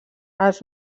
els